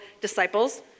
disciples